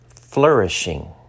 flourishing